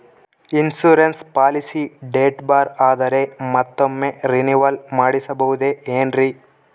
Insurance policy date ಬಾರ್ ಆದರೆ ಮತ್ತೊಮ್ಮೆ ರಿನಿವಲ್ ಮಾಡಿಸಬಹುದೇ ಏನ್ರಿ?